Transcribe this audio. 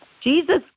Jesus